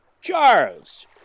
Charles